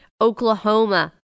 Oklahoma